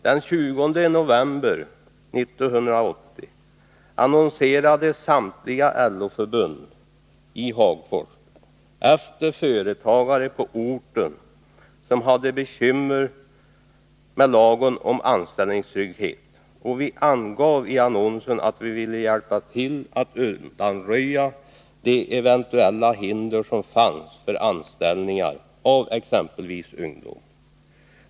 Den 20 november 1980 annonserade samtliga LO-förbund i Hagfors efter företagare på orten som hade bekymmer med lagen om anställningstrygghet. Vi angav i annonsen att vi ville hjälpa till att undanröja de eventuella hinder som fanns för anställning av exempelvis ungdomar.